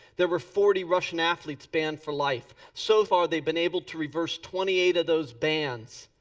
there were forty russian athletes banned for life. so far they've been able to reverse twenty eight of those bans.